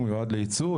הוא מיועד לייצוא?